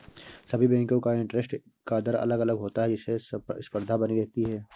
सभी बेंको का इंटरेस्ट का दर अलग अलग होता है जिससे स्पर्धा बनी रहती है